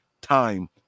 Time